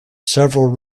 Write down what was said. several